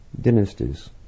dynasties